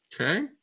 okay